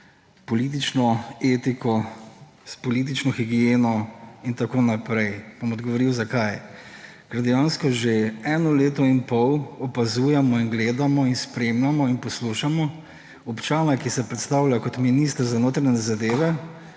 s politično etiko, s politični higieno in tako naprej. Pa bom odgovoril, zakaj. Ker dejansko že eno leto in pol opazujemo in gledamo in spremljamo in poslušamo občana, ki se predstavlja kot minister za notranje zadeve,